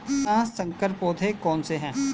पाँच संकर पौधे कौन से हैं?